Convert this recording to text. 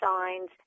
signs